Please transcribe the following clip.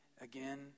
again